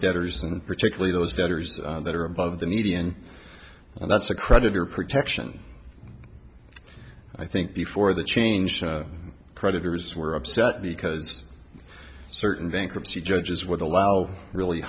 debtors and particularly those that are that are above the median and that's a creditor protection i think before the change the creditors were upset because certain bankruptcy judges would allow really